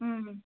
ꯎꯝ